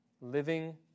living